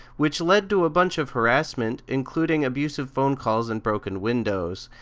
which lead to a bunch of harassment, including abusive phone calls and broken windows.